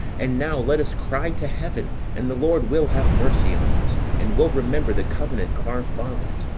and now let us cry to heaven, and the lord will have mercy on us, and will remember the covenant of our fathers,